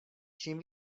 čím